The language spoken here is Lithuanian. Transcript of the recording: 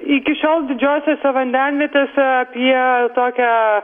iki šiol didžiosiose vandenvietėse apie tokią